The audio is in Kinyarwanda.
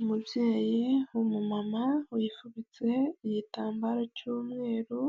Umubyeyi umumama wifubitse igitambaro cy'umweru,